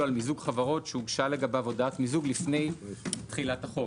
על מיזוג חברות שהוגשה לגביו הודעת מיזוג לפני תחילת החוק.